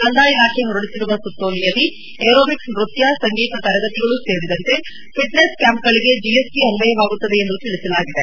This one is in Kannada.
ಕಂದಾಯ ಇಲಾಖೆ ಹೊರಡಿಸಿರುವ ಸುತ್ತೋಲೆಯಲ್ಲಿ ಏರೋಬಿಕ್ಸ್ ನೃತ್ಯ ಸಂಗೀತ ತರಗತಿಗಳೂ ಸೇರಿದಂತೆ ಫಿಟ್ನೆಸ್ ಕ್ಯಾಂಪ್ಗಳಿಗೆ ಜಿಎಸ್ಟಿ ಅನ್ವಯವಾಗುತ್ತದೆ ಎಂದು ತಿಳಿಸಲಾಗಿದೆ